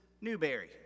Newberry